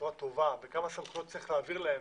בצורה טובה וכמה סמכויות צריך להעביר להן,